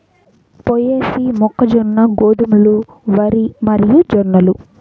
పొయేసీ, మొక్కజొన్న, గోధుమలు, వరి మరియుజొన్నలు